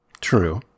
True